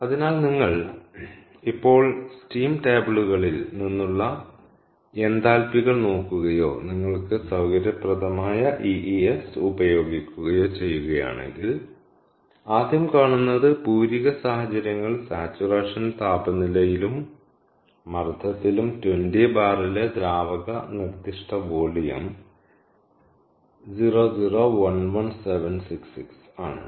അതിനാൽ നിങ്ങൾ ഇപ്പോൾ സ്റ്റീം ടേബിളുകളിൽ നിന്നുള്ള എന്താൽപികൾ നോക്കുകയോ നിങ്ങൾക്ക് സൌകര്യപ്രദമായ EES ഉപയോഗിക്കുകയോ ചെയ്യുകയാണെങ്കിൽ ആദ്യം കാണുന്നത് പൂരിത സാഹചര്യങ്ങളിൽ സാച്ചുറേഷൻ താപനിലയിലും മർദ്ദത്തിലും 20 ബാറിലെ ദ്രാവക നിർദ്ദിഷ്ട വോളിയം 0011766 ആണ്